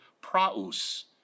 praus